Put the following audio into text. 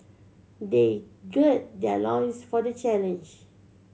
they gird their loins for the challenge